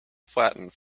flattened